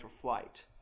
flight